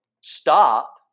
stop